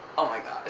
oh my gosh,